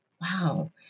Wow